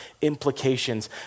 implications